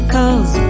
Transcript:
Cause